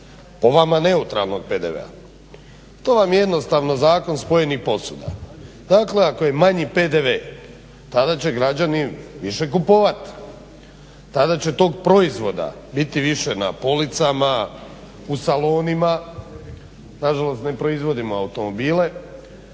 Po vama neutralnog PDV-a. To vam je jednostavno zakon spojenih posuda. Dakle ako je manji PDV tada će građani više kupovat, tada će tog proizvoda biti više na policama, u salonima, nažalost ne proizvodimo automobile